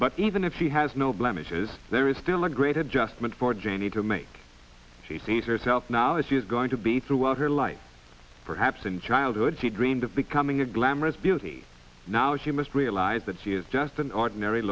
but even if she has no blemishes there is still a great adjustment for janie to make she sees herself now as she is going to be throughout her life perhaps in childhood she dreamed of becoming a glamorous beauty now she must realize that she is just an ordinary